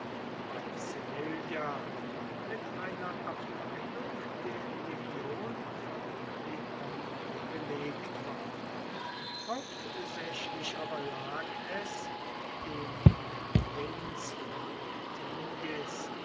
bei sevilla mit einer abteilung der legion von leon belegt war hauptsächlich aber lag es dem in der provinz von